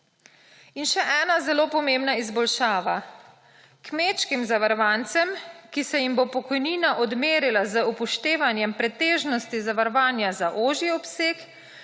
In še ena zelo pomembna izboljšava. Kmečkim zavarovancem, ki se jim bo pokojnina odmerila z upoštevanjem pretežnosti zavarovanja za ožji obseg